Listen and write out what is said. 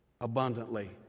abundantly